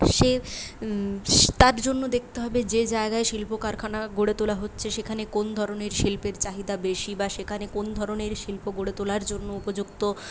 সে তার জন্য দেখতে হবে যে জায়গায় শিল্প কারখানা গড়ে তোলা হচ্ছে সেখানে কোন ধরনের শিল্পের চাহিদা বেশি বা সেখানে কোন ধরনের শিল্প গড়ে তোলার জন্য উপযুক্ত